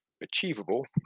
achievable